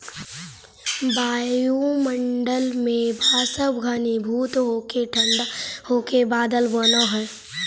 वायुमण्डल में वाष्प घनीभूत होके ठण्ढा होके बादल बनऽ हई